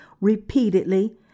repeatedly